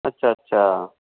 ਅੱਛਾ ਅੱਛਾ